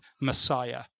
Messiah